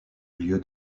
lieu